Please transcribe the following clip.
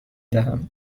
دهم